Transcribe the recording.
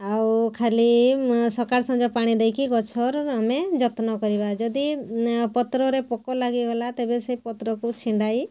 ଆଉ ଖାଲି ସକାଳ ସଞ୍ଜ ପାଣି ଦେଇକି ଗଛର ଆମେ ଯତ୍ନ କରିବା ଯଦି ପତ୍ରରେ ପୋକ ଲାଗିଗଲା ତେବେ ସେ ପତ୍ରକୁ ଛିଣ୍ଡାଇ